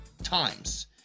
times